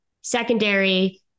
Secondary